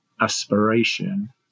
aspiration